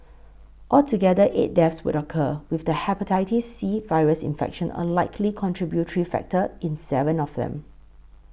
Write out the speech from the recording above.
altogether eight deaths would occur with the Hepatitis C virus infection a likely contributory factor in seven of them